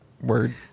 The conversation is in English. word